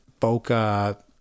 bokeh